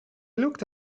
looked